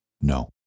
No